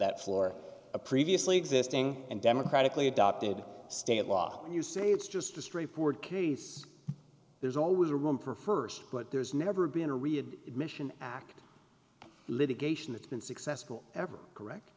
that floor a previously existing and democratically adopted state law and you say it's just a straightforward case there's always room for st but there's never been a real mission act litigation that's been successful ever correct